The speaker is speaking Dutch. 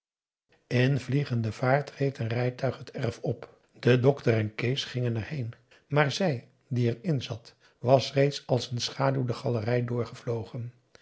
in vliegende vaart reed een rijtuig het erf op de dokter en kees gingen er heen maar zij die er in zat was reeds als een schaduw de galerij doorgevlogen